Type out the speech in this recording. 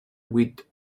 with